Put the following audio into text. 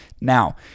Now